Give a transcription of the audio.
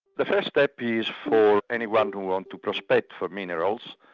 the first step is for anyone who wants to prospect for minerals,